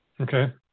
Okay